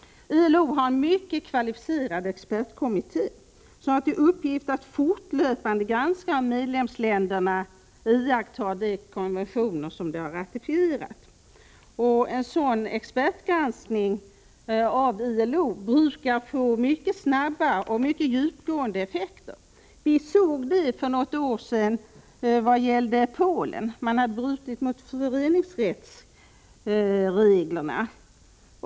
ILO har en mycket kvalificerad expertkommitté, som har till uppgift att fortlöpande granska om medlemsländerna iakttar de konventioner som de har ratificerat. En sådan expertgranskning av ILO brukar få mycket snabba och djupgående effekter. Vi såg det för något år sedan när det gällde Polen, där man hade brutit mot föreningsrättsreglerna.